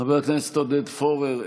חבר הכנסת עודד פורר,